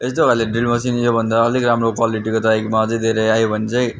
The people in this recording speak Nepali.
यस्तो खाले ड्रिल मसिन योभन्दा अलिक राम्रो क्वालिटीको त है यसमा अझ धेरै आयो भने चाहिँ